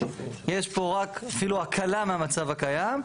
יש פה רק אפילו הקלה מהמצב הקיים.